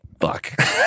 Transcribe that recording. Fuck